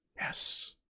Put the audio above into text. Yes